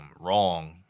wrong